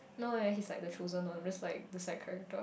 no eh he's like the chosen one I'm just like the side character